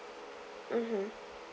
mmhmm